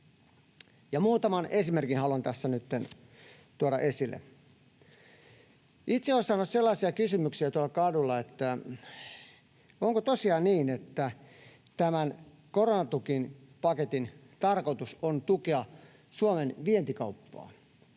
muutaman esimerkin haluan tässä nytten tuoda esille. Itse olen saanut sellaisia kysymyksiä tuolla kadulla, onko tosiaan niin, että tämän koronatukipaketin tarkoitus on tukea Suomen vientikauppaa.